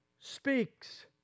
speaks